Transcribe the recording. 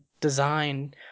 design